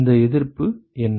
இந்த எதிர்ப்பு என்ன